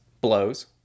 blows